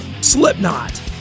Slipknot